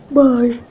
bye